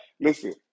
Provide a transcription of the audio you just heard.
Listen